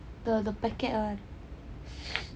the the packet [one]